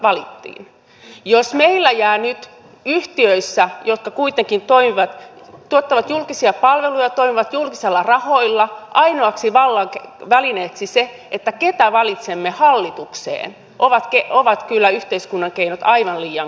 jos meillä jää nyt yhtiöissä jotka kuitenkin tuottavat julkisia palveluja ja toimivat julkisilla rahoilla ainoaksi vallan välineeksi että ketä valitsemme hallitukseen ovat kyllä yhteiskunnan keinot aivan liian kapeat